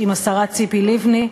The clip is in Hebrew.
עם השרה ציפי לבני.